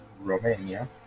Romania